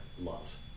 love